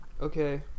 Okay